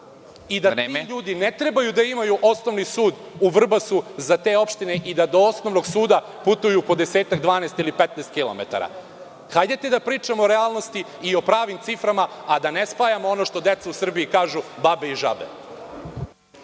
i da ti ljudi ne trebaju da imaju osnovni sud u Vrbasu za te opštine i da do osnovnog suda putuju po desetak, 12 ili 15 km?Hajde da pričamo o realnosti i pravim ciframa, a da ne spajamo ono što deca u Srbiji kažu – babe i žabe.